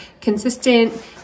consistent